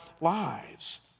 lives